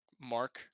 mark